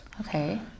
Okay